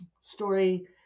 story